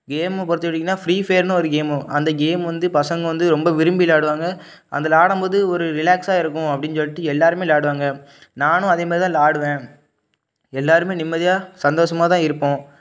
கேம்மை பொறுத்தவரிக்குன்னா ஃப்ரீ ஃபையர்னு ஒரு கேம்மு அந்த கேம் வந்து பசங்க வந்து ரொம்ப விரும்பி விளையாடுவாங்க அது விளாயாடம் போது ஒரு ரிலாக்சாக இருக்கும் அப்படின் சொல்லிட்டு எல்லோருமே விளாயாடுவாங்க நானும் அதே மாதிரி தான் விளாயாடுவேன் எல்லோருமே நிம்மதியாக சந்தோஷமாக தான் இருப்போம்